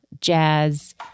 jazz